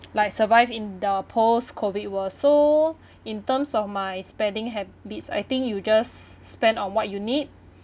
like survive in the post COVID world so in terms of my spending habits I think you just s~ spend on what you need